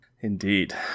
indeed